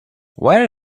where